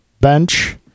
bench